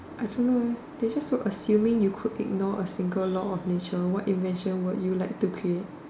I don't know eh they just put assuming you can ignore a single law of nature what invention would you like to create